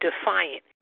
defiant